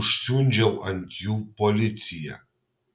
užsiundžiau ant jų policiją